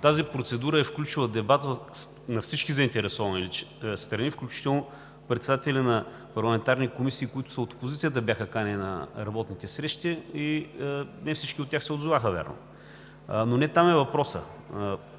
Тази процедура е включила дебат на всички заинтересовани страни, включително председатели на парламентарни комисии, които са от опозицията, бяха канени на работните срещи и навярно не всички от тях се отзоваха. Но не там е въпросът.